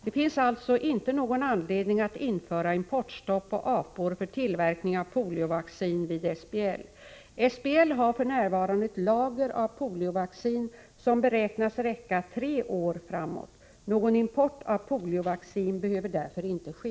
Det finns alltså inte någon anledning att införa importstopp på apor för tillverkning av poliovaccin vid SBL. SBL har f.n. ett lager av poliovaccin, som beräknas räcka tre år framåt. Någon import av poliovaccin behöver därför inte ske.